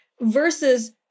versus